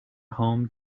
home